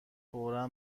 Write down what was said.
فورا